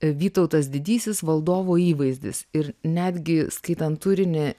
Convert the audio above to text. vytautas didysis valdovo įvaizdis ir netgi skaitant turinį